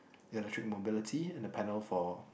electric mobility and the panel for